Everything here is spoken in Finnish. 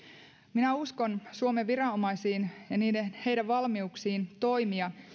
minä uskon suomen viranomaisiin ja heidän valmiuksiinsa toimia